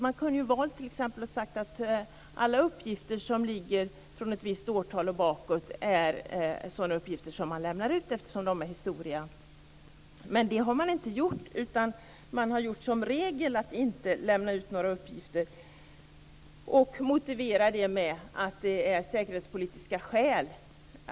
Man kunde t.ex. ha valt att säga att alla uppgifter från ett visst årtal och bakåt är sådana uppgifter som man lämnar ut, eftersom de är historia. Men det har man inte gjort, utan man har gjort som regel att inte lämna ut några uppgifter och motiverar det med säkerhetspolitiska skäl.